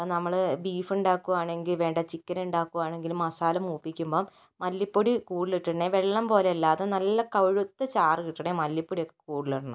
ഇപ്പോൾ നമ്മൾ ബീഫ് ഉണ്ടാക്കുകയാണെങ്കിൽ വേണ്ട ചിക്കൻ ഉണ്ടാക്കുകയാണെങ്കിൽ മസാല മൂപ്പിക്കുമ്പോൾ മല്ലിപ്പൊടി കൂടുതിലിട്ടിട്ടുണ്ടെങ്കിൽ വെള്ളം പോലെ അല്ലാതെ നല്ല കൊഴുത്ത ചാറ് കിട്ടണേൽ മല്ലിപ്പൊടി ഒക്കെ കൂടുതലിടണം